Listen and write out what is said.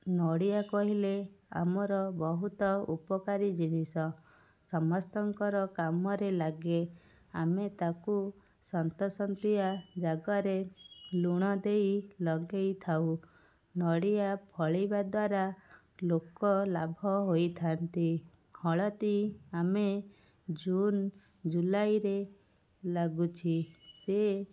ନଡ଼ିଆ କହିଲେ ଆମର ବହୁତ ଉପକାରୀ ଜିନିଷ ସମସ୍ତଙ୍କର କାମରେ ଲାଗେ ଆମେ ତାକୁ ସନ୍ତସନ୍ତିଆ ଜାଗାରେ ଲୁଣ ଦେଇ ଲଗାଇ ଥାଉ ନଡ଼ିଆ ଫଳିବା ଦ୍ୱାରା ଲୋକ ଲାଭ ହୋଇଥାନ୍ତି ହଳଦୀ ଆମେ ଜୁନ୍ ଜୁଲାଇରେ ଲାଗୁଛି ସେ